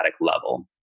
level